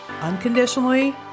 unconditionally